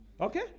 Okay